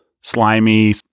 slimy